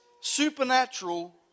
Supernatural